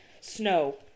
snow